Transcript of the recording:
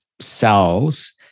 cells